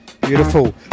Beautiful